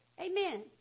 Amen